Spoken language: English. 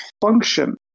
function